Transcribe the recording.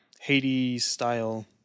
Haiti-style